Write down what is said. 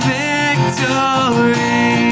victory